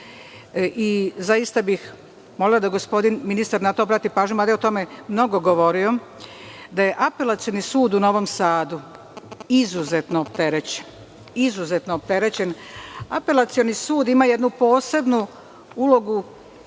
Zaista bih molila da gospodin ministar na to obrati pažnju, mada je o tome mnogo govorio. Apelacioni sud u Novom Sadu je izuzetno opterećen. Apelacioni sud ima jednu posebnu ulogu